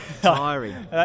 Tiring